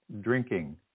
drinking